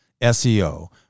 SEO